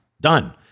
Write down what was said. done